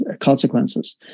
consequences